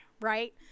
right